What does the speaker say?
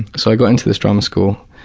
so i got into this drama school,